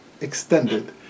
extended